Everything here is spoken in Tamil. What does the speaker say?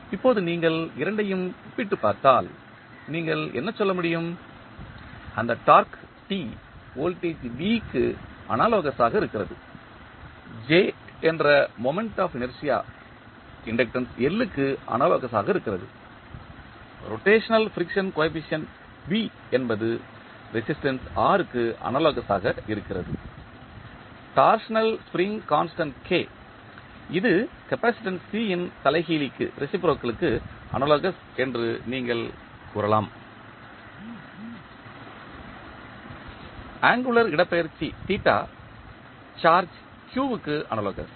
இப்போது நீங்கள் இரண்டையும் ஒப்பிட்டுப் பார்த்தால் நீங்கள் என்ன சொல்ல முடியும் அந்த டார்க்கு T வோல்டேஜ் V க்கு அனாலோகஸ் ஆக இருக்கிறது J என்ற moment of inertia inductance L க்கு அனாலோகஸ் ஆக இருக்கிறது ரொட்டேஷனல் ஃபிரிக்சன் கோஎபிசியன்ட் B என்பது ரெசிஸ்டன்ஸ் R க்கு அனாலோகஸ் ஆக இருக்கிறது டார்ஷனல் ஸ்ப்ரிங் கான்ஸ்டன்ட் K இது கப்பாசிட்டன்ஸ் C இன் தலைகீழிக்கு அனாலோகஸ் என்று நீங்கள் கூறலாம் ஆங்குளர் இடப்பெயர்ச்சி சார்ஜ் q க்கு அனாலோகஸ்